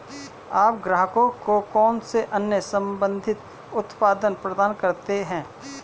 आप ग्राहकों को कौन से अन्य संबंधित उत्पाद प्रदान करते हैं?